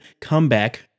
comeback